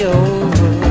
over